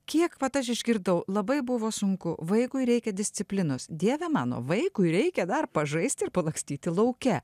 kiek vat aš išgirdau labai buvo sunku vaikui reikia disciplinos dieve mano vaikui reikia dar pažaisti ir palakstyti lauke